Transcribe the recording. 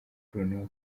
bruno